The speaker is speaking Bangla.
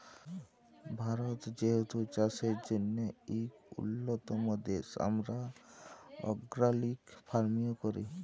ভারত যেহেতু চাষের জ্যনহে ইক উল্যতম দ্যাশ, আমরা অর্গ্যালিক ফার্মিংও ক্যরি